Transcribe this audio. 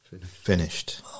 finished